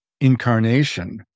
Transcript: incarnation